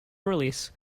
release